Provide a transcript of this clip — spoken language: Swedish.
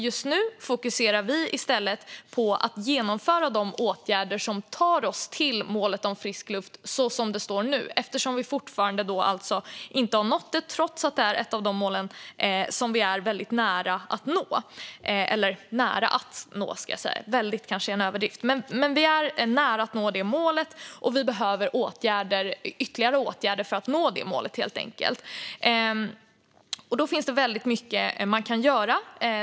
Just nu fokuserar vi i stället på att genomföra de åtgärder som tar oss till målet om frisk luft så som det står nu, eftersom vi fortfarande inte har nått det. Det är dock ett av de mål som vi är nära att nå, och vi behöver ytterligare åtgärder för att nå detta mål. Det finns väldigt mycket som man kan göra.